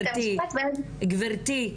גברתי,